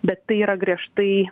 bet tai yra griežtai